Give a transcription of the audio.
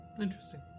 interesting